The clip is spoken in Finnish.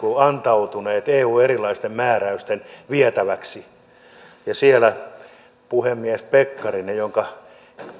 antautuneet eun erilaisten määräysten vietäväksi siellä on puhemies pekkarinen jonka